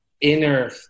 inner